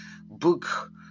book